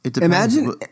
Imagine